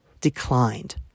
declined